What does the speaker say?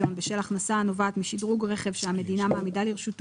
הנובעת העליון בשל הכנסה הנובעת משדרוג רכב שהמדינהמשדרוג רכב